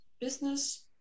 business